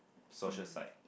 social psych